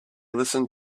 listened